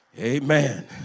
Amen